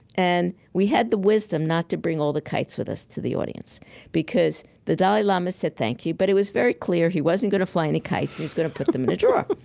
and we had the wisdom not to bring all the kites with us to the audience because the dalai lama said thank you, but it was very clear he wasn't going to fly any kites he's was going to put them in a drawer